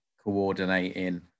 coordinating